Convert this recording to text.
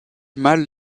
mal